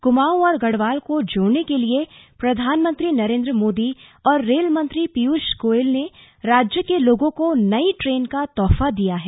कुमाऊं और गढवाल को जोड़ने के लिए प्रधानमंत्री नरेंद्र मोदी और रेल मंत्री पीयूष गोयल ने राज्य के लोगों को नई ट्रेन का तोहफा दिया है